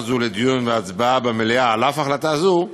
הזאת לדיון ולהצבעה במליאה על אף החלטה זאת,